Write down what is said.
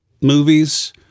movies